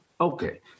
Okay